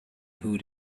who